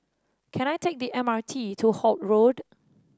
can I take the M R T to Holt Road